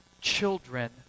children